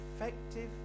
effective